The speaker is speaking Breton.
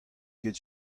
ket